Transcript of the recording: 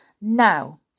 Now